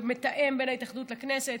שמתאם בין ההתאחדות לכנסת,